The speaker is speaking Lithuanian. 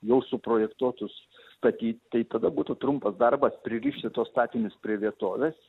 jau suprojektuotus statyt tai tada būtų trumpas darbas pririšti tuos statinius prie vietovės